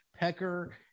Pecker